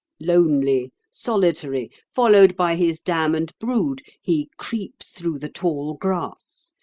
lonely, solitary, followed by his dam and brood, he creeps through the tall grass,